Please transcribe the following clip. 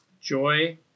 Joy